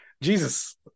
Jesus